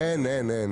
אין נמנעים.